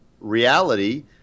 reality